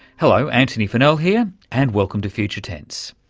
hello, antony funnell here, and welcome to future tense.